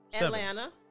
Atlanta